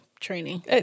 training